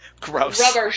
Gross